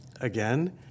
again